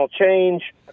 change